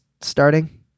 starting